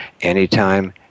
anytime